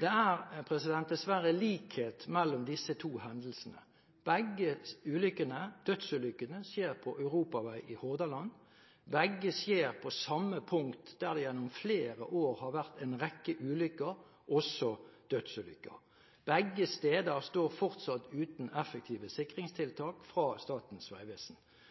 Det er dessverre likhet mellom disse to hendelsene. Begge dødsulykkene skjer på europaveien i Hordaland, og begge skjer på samme punkt, der det gjennom flere år har vært en rekke ulykker – også dødsulykker. Begge steder står fortsatt uten effektive sikringstiltak fra Statens vegvesen.